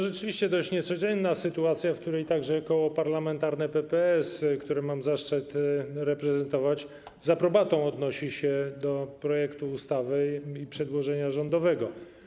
Rzeczywiście to jest dość niecodzienna sytuacja, w której także Koło Parlamentarne PPS, które mam zaszczyt reprezentować, z aprobatą odnosi się do projektu ustawy i przedłożenia rządowego.